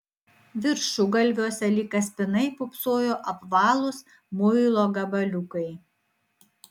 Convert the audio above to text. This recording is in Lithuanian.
viršugalviuose lyg kaspinai pūpsojo apvalūs muilo gabaliukai